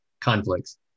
conflicts